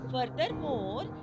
Furthermore